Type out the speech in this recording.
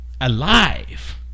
alive